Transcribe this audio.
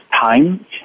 time